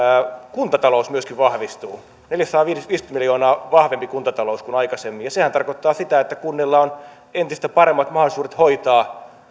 kuntatalous myöskin vahvistuu neljäsataaviisikymmentä miljoonaa vahvempi kuntatalous kuin aikaisemmin sehän tarkoittaa sitä että kunnilla on entistä paremmat mahdollisuudet hoitaa